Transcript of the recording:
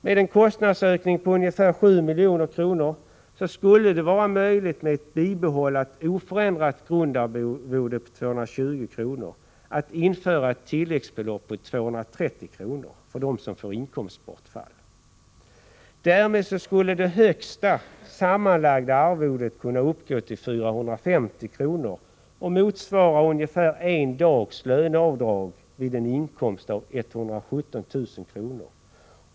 Med en kostnadsökning på ungefär 7 milj.kr. skulle det vara möjligt att med ett bibehållet oförändrat grundarvode på 220 kr. införa ett tilläggsbelopp på 230 kr. för dem som får inkomstbortfall. Därmed skulle det högsta sammanlagda arvodet kunna uppgå till 450 kr. Det motsvarar ungefär en dags löneavdrag vid en inkomst på 117 000 kr.